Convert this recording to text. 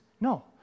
No